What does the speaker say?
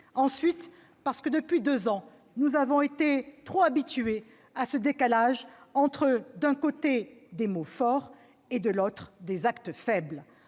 Ensuite, parce que, depuis deux ans, nous avons été trop habitués à ce décalage entre, d'un côté, des mots forts, et, de l'autre, des actes faibles.